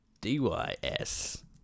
D-Y-S